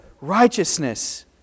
righteousness